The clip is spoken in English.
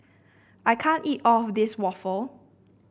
I can't eat all of this waffle